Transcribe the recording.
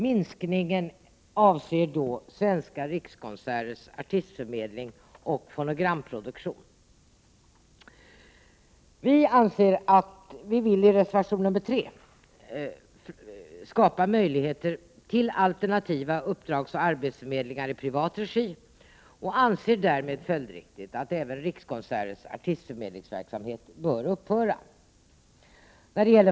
Minskningen avser då Svenska rikskonserters artistförmedling och fonogramproduktion. Vi framhåller i reservation 3 att vi vill skapa möjligheter till alternativa uppdragsoch arbetsförmedlingar i privat regi och anser därmed följdriktigt att även Svenska rikskonserters artistförmedlingsverksamhet bör upphöra.